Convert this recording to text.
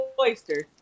oyster